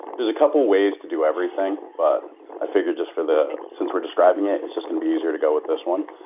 there's a couple of ways to do everything, but i figure just for the, since we're describing it, it's just going to be easier to go with this one.